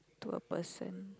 to a person